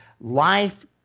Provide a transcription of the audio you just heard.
life